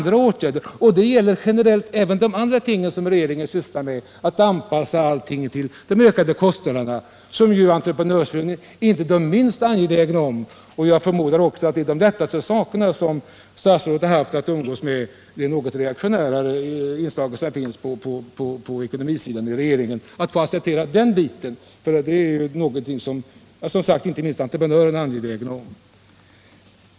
Detta gäller generellt också de andra ting som regeringen sysslar med -— att anpassa allt till de ökade kostnaderna. Det är ju entreprenörföreningen inte minst angelägen om. Jag förmodar att det är det lättaste som statsrådet har haft att få igenom i regeringen. Att få den här biten accepterad är som sagt någonting som även entreprenörerna är angelägna om och därmed ekonomiministern.